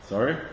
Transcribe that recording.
Sorry